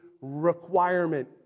requirement